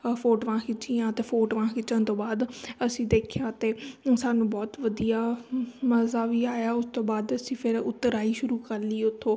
ਫੋਟੋਆਂ ਖਿੱਚੀਆਂ ਅਤੇ ਫੋਟੋਆਂ ਖਿੱਚਣ ਤੋਂ ਬਾਅਦ ਅਸੀਂ ਦੇਖਿਆ ਅਤੇ ਸਾਨੂੰ ਬਹੁਤ ਵਧੀਆ ਮਜ਼ਾ ਵੀ ਆਇਆ ਉਸ ਤੋਂ ਬਾਅਦ ਅਸੀਂ ਫਿਰ ਉਤਰਾਈ ਸ਼ੁਰੂ ਕਰ ਲਈ ਉੱਥੋਂ